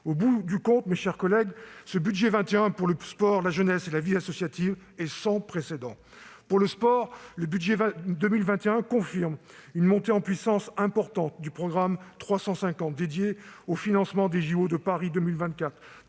Au bout du compte, mes chers collègues, le budget pour 2021 pour le sport, la jeunesse et la vie associative est sans précédent. Pour le sport, le budget pour 2021 confirme une montée en puissance importante du programme 350 dédié au financement des JO de Paris 2024